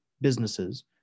businesses